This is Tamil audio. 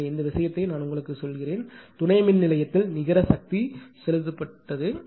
எனவே இந்த விஷயத்தை நான் உங்களுக்குச் சொன்னேன் துணை மின் நிலையத்தில் நிகர சக்தி செலுத்தப்பட்டது